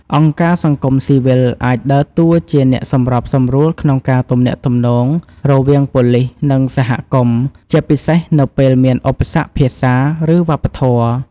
អង្គការសង្គមស៊ីវិលអាចដើរតួជាអ្នកសម្របសម្រួលក្នុងការទំនាក់ទំនង រវាងប៉ូលិស និងសហគមន៍ ជាពិសេសនៅពេលមានឧបសគ្គភាសា ឬវប្បធម៌។